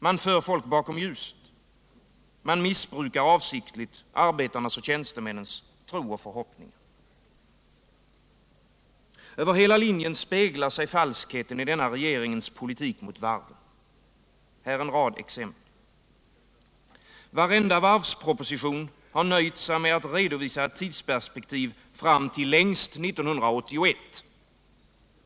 Man för folk bakom ljuset. Man missbrukar avsiktligt arbetarnas och tjänstemännens tro och förhoppningar. Över hela linjen speglar sig falskheten i denna regeringens politik mot varven. Här en rad exempel: Varenda varvsproposition har nöjt sig med att redovisa ett tidsperspektiv fram till längst 1981.